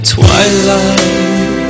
twilight